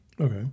Okay